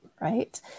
Right